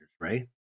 right